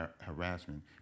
harassment